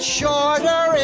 shorter